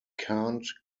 can’t